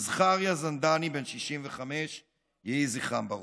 זכריה זנדני, בן 65. יהי זכרם ברוך.